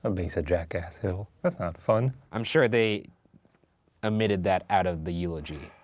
ah base of jackass hill, that's not fun. i'm sure they omitted that out of the eulogy.